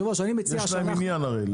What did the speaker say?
יש להם עניין הרי.